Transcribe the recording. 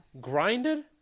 Grinded